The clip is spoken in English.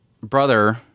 brother